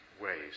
ways